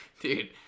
Dude